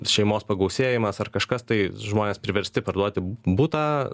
šeimos pagausėjimas ar kažkas tai žmonės priversti parduoti butą